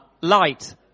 Light